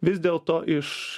vis dėlto iš